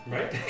Right